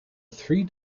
three